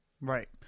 Right